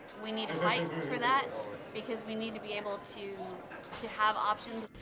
we need to fight for that because we need to be able to to have options.